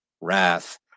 wrath